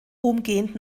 umgehend